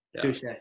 touche